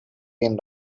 been